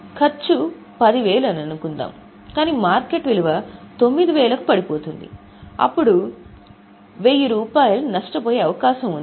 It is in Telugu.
అయితే ఖర్చు 10000 అని అనుకుందాం కాని మార్కెట్ విలువ 9000 కి పడిపోతుంది అప్పుడు రూ 1000 నష్టపోయే అవకాశం ఉంది